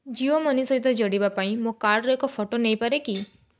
Jio money ସହିତ ଯୋଡ଼ିବା ପାଇଁ ମୋ କାର୍ଡ଼ର ଏକ ଫଟୋ ନେଇପାରେ କି